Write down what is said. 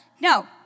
No